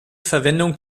verwendung